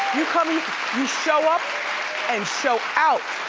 you show up and show out.